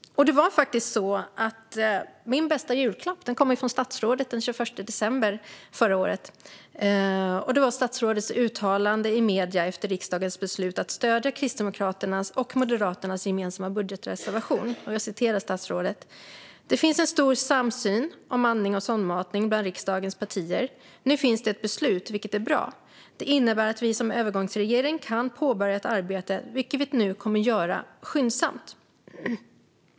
Min bästa julklapp kom faktiskt från statsrådet den 21 december förra året. Det handlade om statsrådets uttalande i medier efter riksdagens beslut att stödja Kristdemokraternas och Moderaternas gemensamma budgetreservation. Jag citerar statsrådet: "Det finns en stor samsyn om andning och sondmatning bland riksdagens partier. Nu finns det ett beslut vilket är bra. Det innebär att vi som övergångsregering kan påbörja ett arbete, vilket vi nu kommer göra skyndsamt."